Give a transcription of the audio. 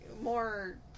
more